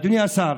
אדוני השר